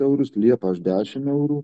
eurus liepos dešim eurų